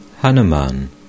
Hanuman